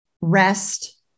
rest